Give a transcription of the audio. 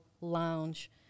Lounge